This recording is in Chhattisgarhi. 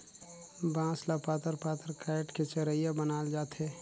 बांस ल पातर पातर काएट के चरहिया बनाल जाथे